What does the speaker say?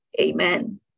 Amen